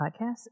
podcast